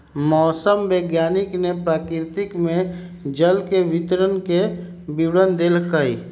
मौसम वैज्ञानिक ने प्रकृति में जल के वितरण के विवरण देल कई